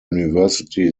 university